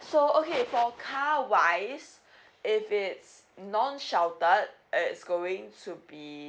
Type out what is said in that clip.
so okay for car wise if it's non sheltered it is going to be